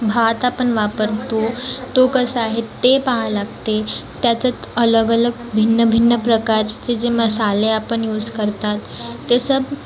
भात आपण वापरतो तो कसा आहे ते पाह्या लागते त्याच्यात अलग अलग भिन्न भिन्न प्रकारचे जे मसाले आपण युज करतात ते सब